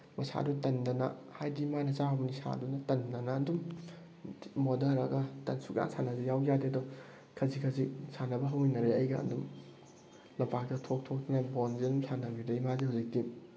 ꯃꯁꯥꯗꯣ ꯇꯟꯗꯅ ꯍꯥꯏꯗꯤ ꯃꯥꯅ ꯆꯥꯔꯨꯕ ꯅꯤꯁꯥꯗꯨꯅ ꯇꯟꯗꯅ ꯑꯗꯨꯝ ꯃꯣꯗꯔꯒ ꯁꯨꯡꯁꯥꯟꯅꯁꯤ ꯌꯥꯎ ꯌꯥꯗꯦ ꯑꯗꯨ ꯈꯖꯤꯛ ꯈꯖꯤꯛ ꯁꯥꯟꯅꯕ ꯍꯧꯃꯤꯟꯅꯔꯛꯑꯦ ꯑꯩꯒ ꯑꯗꯨꯝ ꯂꯝꯄꯥꯛꯇ ꯊꯣꯛ ꯊꯣꯛꯇꯅ ꯕꯣꯟꯁꯦ ꯑꯗꯨꯝ ꯁꯥꯟꯅꯕꯗꯒꯤ ꯃꯥꯗꯣ ꯍꯧꯖꯤꯛꯇꯤ